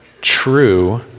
true